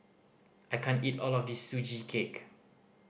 I can't eat all of this Sugee Cake